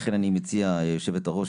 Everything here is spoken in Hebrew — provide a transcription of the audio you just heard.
לכן אני מציע, יושבת הראש,